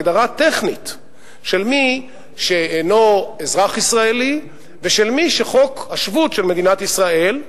הגדרה טכנית של מי שאינו אזרח ישראלי ושל מי שחוק השבות של מדינת ישראל,